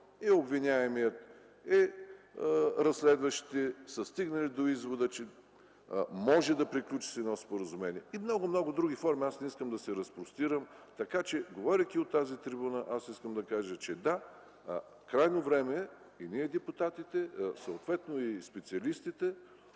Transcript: и обвиняемият, и разследващите са стигнали до извода, че може да се приключи с едно споразумение. Има и много други форми. Не искам да се разпростирам. Говорейки от тази трибуна, искам да кажа, че е крайно време ние, депутатите, съответно и специалистите